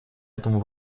этому